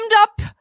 up